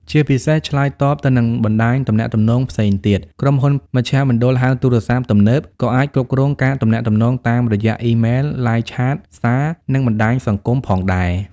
ជាពិសេស ឆ្លើយតបទៅនឹងបណ្ដាញទំនាក់ទំនងផ្សេងទៀត ក្រុមហ៊ុនមជ្ឈមណ្ឌលហៅទូរស័ព្ទទំនើបក៏អាចគ្រប់គ្រងការទំនាក់ទំនងតាមរយៈ អ៊ីមែល, Live Chat, សារ, និងបណ្ដាញសង្គម ផងដែរ។